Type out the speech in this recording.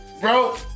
Bro